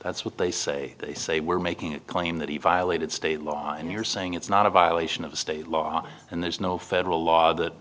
that's what they say they were making a claim that he violated state law and you're saying it's not a violation of state law and there's no federal law that